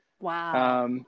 Wow